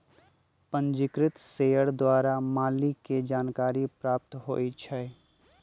पंजीकृत शेयर द्वारा मालिक के जानकारी प्राप्त होइ छइ